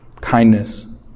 kindness